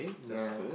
ya